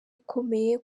ikomeye